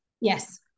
yes